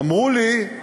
אמרו לי: